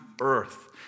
earth